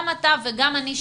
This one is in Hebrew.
גם אתה וגם אני,